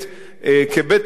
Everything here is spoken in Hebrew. כבית-מחוקקים,